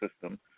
system